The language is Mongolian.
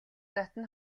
дотно